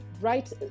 right